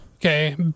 Okay